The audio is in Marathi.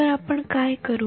तर आपण काय करू